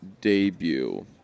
debut